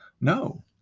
no